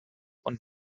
und